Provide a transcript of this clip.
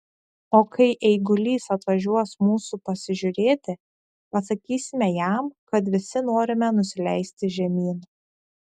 o kai eigulys atvažiuos mūsų pasižiūrėti pasakysime jam kad visi norime nusileisti žemyn